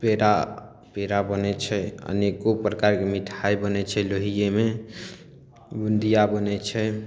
आ पेड़ा बनय छै अनेको प्रकारके मिठाइ बनय छै लोहियामे बुँदिया बनय छै